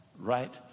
right